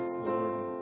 Lord